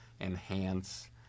enhance